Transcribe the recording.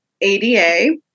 ADA